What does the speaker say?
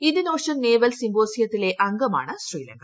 Indian Ocean naval സിംബോസിയത്തിലെ അംഗമാണ് ശ്രീലങ്ക